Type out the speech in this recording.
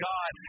God